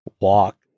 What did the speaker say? walk